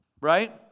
right